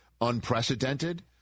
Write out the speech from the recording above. unprecedented